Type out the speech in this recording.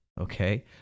Okay